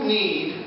need